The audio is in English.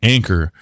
Anchor